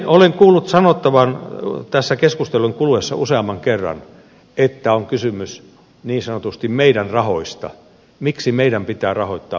olen kuullut sanottavan tässä keskustelun kuluessa useamman kerran että on kysymys niin sanotusti meidän rahoistamme siitä miksi meidän pitää rahoittaa muita kuntia